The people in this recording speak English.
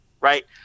right